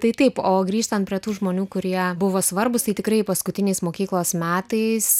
tai taip o grįžtant prie tų žmonių kurie buvo svarbūs tai tikrai paskutiniais mokyklos metais